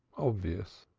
obvious.